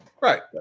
Right